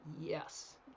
yes